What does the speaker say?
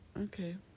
okay